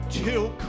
till